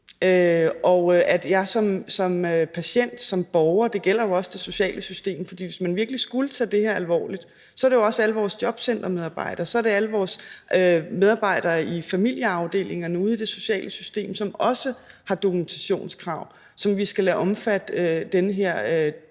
at min journal er min. Det gælder jo også det sociale system, fordi hvis man virkelig skulle tage det her alvorligt, er det også alle vores jobcentermedarbejdere, alle vores medarbejdere i familieafdelingerne ude i det sociale system, som også har dokumentationskrav, som vi skal lade omfatte af den her